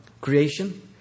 creation